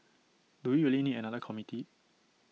do we really need another committee